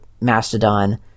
Mastodon